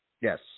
Yes